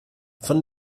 von